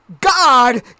God